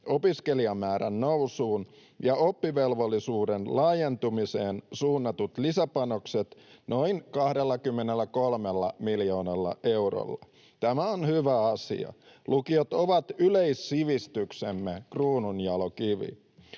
opiskelijamäärän nousuun ja oppivelvollisuuden laajentumiseen suunnatut lisäpanokset noin 23 miljoonalla eurolla. Tämä on hyvä asia. Lukiot ovat yleissivistyksemme kruununjalokivi.